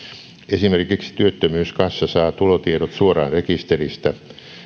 esimerkiksi työttömyyskassa saa tulotiedot suoraan rekisteristä